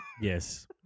Yes